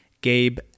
Gabe